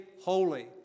holy